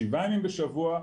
שבעה ימים בשבוע.